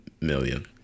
million